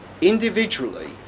individually